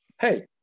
Hey